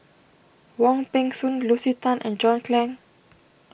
Wong Peng Soon Lucy Tan and John Clang